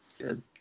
Good